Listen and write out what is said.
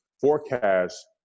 forecast